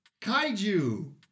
Kaiju